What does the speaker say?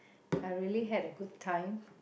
I really had a good time